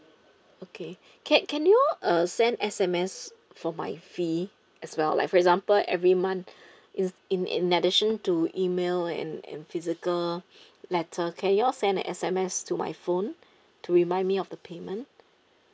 okay can can you uh send S_M_S for my fee as well like for example every month is in in addition to email and and physical letter can you all send an S_M_S to my phone to remind me of the payment